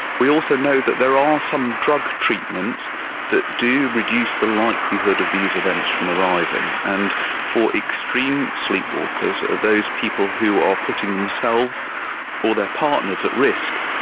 we also know that there are some drug treatments that do reduce the likelihood of these events from arising. and for extreme sleepwalkers, those people who are putting themselves or their partners at risk,